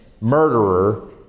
murderer